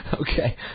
Okay